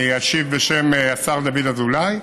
אני אשיב בשם השר דוד אזולאי.